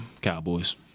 Cowboys